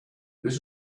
this